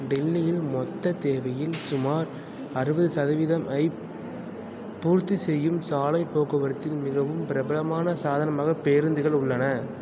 டெல்லியின் மொத்த தேவையில் சுமார் அறுபது சதவீதமை பூர்த்திச் செய்யும் சாலை போக்குவரத்தின் மிகவும் பிரபலமான சாதனமாக பேருந்துகள் உள்ளன